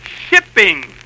shipping